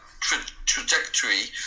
trajectory